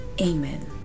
Amen